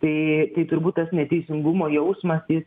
tai tai turbūt tas neteisingumo jausmas jis